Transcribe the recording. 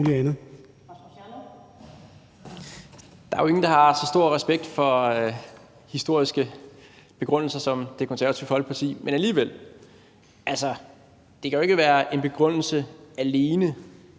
Der er jo ingen, der har så stor respekt for historiske begrundelser som Det Konservative Folkeparti. Men alligevel kan det jo ikke alene være en begrundelse for,